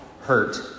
hurt